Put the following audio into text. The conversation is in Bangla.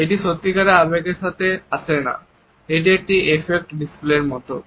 এটি সত্যিকারের আবেগের সাথে আসে না এটি একটি এফেক্ট ডিসপ্লের মতো